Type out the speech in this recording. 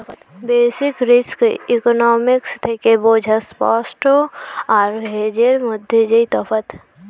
basic risk economics থেকে বোঝা spot আর হেজের মধ্যে যেই তফাৎ